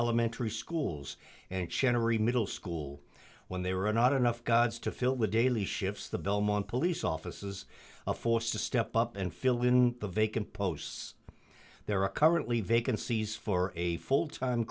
elementary schools and chinnery middle school when they were not enough gods to fill the daily shifts the belmont police offices are forced to step up and fill in the vacant posts there are currently vacancies for a full time